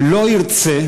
לא ירצה